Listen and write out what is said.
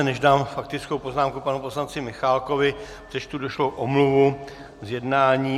Než dám faktickou poznámku panu poslanci Michálkovi, přečtu došlou omluvu z jednání.